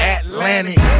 Atlantic